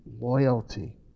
loyalty